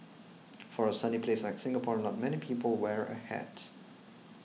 for a sunny place like Singapore not many people wear a hat